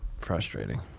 Frustrating